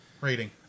rating